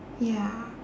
ya